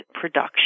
production